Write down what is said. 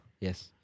Yes